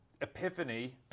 epiphany